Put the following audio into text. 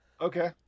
Okay